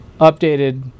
updated